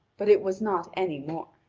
but it was not anymore.